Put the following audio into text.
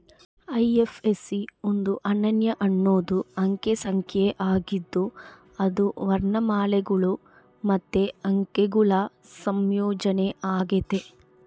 IFSC ಒಂದು ಅನನ್ಯ ಹನ್ನೊಂದು ಅಂಕೆ ಸಂಖ್ಯೆ ಆಗಿದ್ದು ಅದು ವರ್ಣಮಾಲೆಗುಳು ಮತ್ತೆ ಅಂಕೆಗುಳ ಸಂಯೋಜನೆ ಆಗೆತೆ